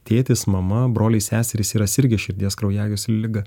tėtis mama broliai seserys yra sirgę širdies kraujagyslių liga